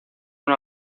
una